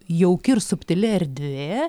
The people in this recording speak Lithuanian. jauki ir subtili erdvė